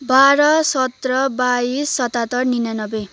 बाह्र सत्र बाइस सतहत्तर निनानब्बे